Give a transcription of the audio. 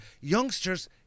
youngsters